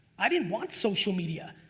i didn't want social media.